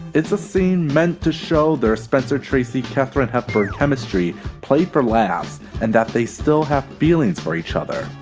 it's a scene meant to show their spencer tracy katharine hepburn chemistry played for laughs and that they still have feelings for each other.